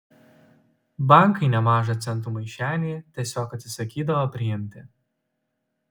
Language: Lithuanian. bankai nemažą centų maišelį tiesiog atsisakydavo priimti